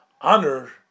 honor